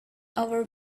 our